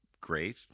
great